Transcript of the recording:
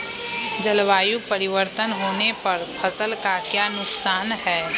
जलवायु परिवर्तन होने पर फसल का क्या नुकसान है?